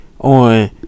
on